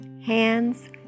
hands